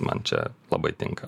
man čia labai tinka